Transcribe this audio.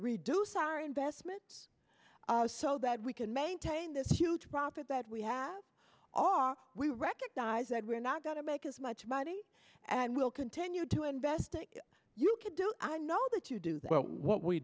reduce our investments so that we can maintain this huge profit that we have we recognize that we're not going to make as much money and we'll continue to invest it you can do i know that you do what we